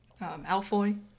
alfoy